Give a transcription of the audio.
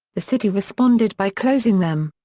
the city responded by closing them.